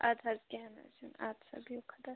اَدٕ حظ کیٚنٛہہ نہٕ حظ چھُنہٕ اَدٕ سا بِہِو خۄدایَس